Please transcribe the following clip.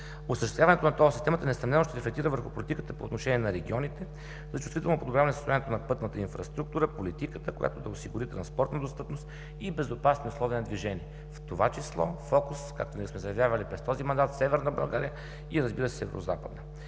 Осъществяването на тол системата несъмнено ще рефлектира върху политиката по отношение на регионите за чувствително подобряване на състоянието на пътната инфраструктура, политиката, която да осигури транспортна достъпност и безопасни условия на движение. В това число, фокус, както ние сме заявявали през този мандат, Северна България и, разбира се, Северозападна.